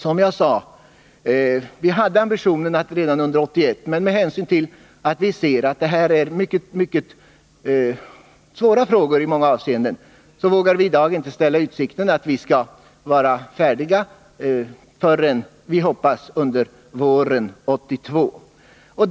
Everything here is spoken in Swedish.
Som jag sade hade vi ambitionen att vara färdiga redan 1981, men då vi ser att det här i många avseenden rör sig om mycket svåra frågor vågar vi i dag inte ställa i utsikt att vara klara förrän förhoppningsvis våren 1982.